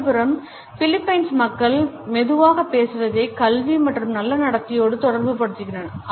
மறுபுறம் பிலிப்பைன்ஸ் மக்கள் மெதுவாக பேசுவதை கல்வி மற்றும் நல்ல நடத்தையோடு தொடர்புபடுத்துகின்றனர்